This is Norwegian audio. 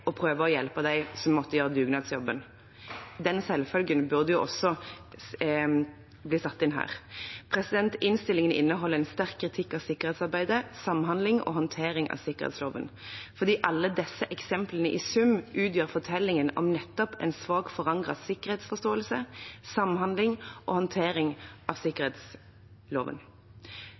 prøve å hjelpe dem som måtte gjøre dugnadsjobben. Den selvfølgen burde også gjelde her. Innstillingen inneholder en sterk kritikk av sikkerhetsarbeid, samhandling og håndtering av sikkerhetsloven, fordi alle disse eksemplene i sum utgjør fortellingen om nettopp en svakt forankret sikkerhetsforståelse, samhandling og håndtering av sikkerhetsloven.